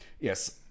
Yes